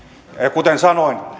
kuten sanoin